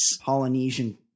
Polynesian